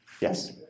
Yes